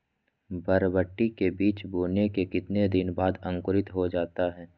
बरबटी के बीज बोने के कितने दिन बाद अंकुरित हो जाता है?